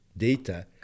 data